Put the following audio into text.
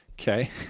okay